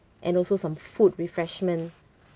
and also some food refreshment